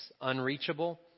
unreachable